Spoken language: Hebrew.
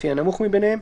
לפי הנמוך מביניהם,